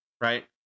Right